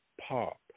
pop